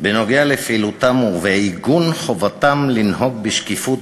בנוגע לפעילותם ובעיגון חובתם לנהוג בשקיפות